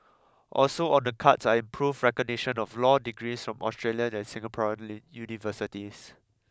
also on the cards are improved recognition of law degrees from Australian and Singaporean universities